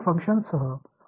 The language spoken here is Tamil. எனவே இது ஆக இருக்கப்போகிறது